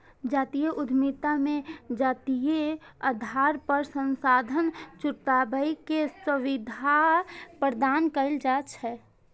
जातीय उद्यमिता मे जातीय आधार पर संसाधन जुटाबै के सुविधा प्रदान कैल जाइ छै